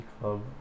club